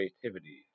creativity